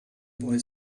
boy